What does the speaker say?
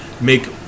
make